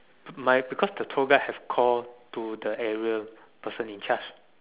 my because the tour guide have call to the area person in charge